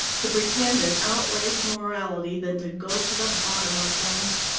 to pretend an outraged morality, than to go to the bottom of things.